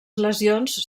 lesions